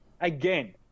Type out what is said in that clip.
Again